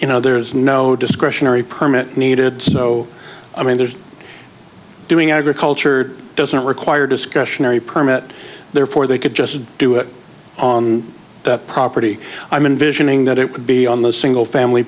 you know there's no discretionary permit needed so i mean there's doing agriculture doesn't require discretionary permit therefore they could just do it on that property i'm envisioning that it would be on the single family